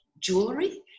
jewelry